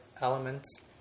elements